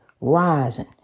rising